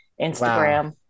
Instagram